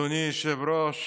אדוני היושב-ראש,